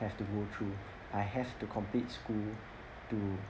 have to go through I have to complete school to